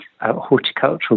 horticultural